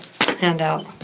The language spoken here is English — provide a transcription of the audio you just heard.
handout